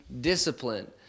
discipline